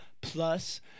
plus